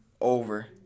Over